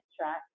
track